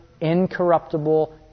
incorruptible